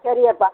சரி அப்பா